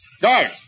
Guards